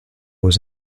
was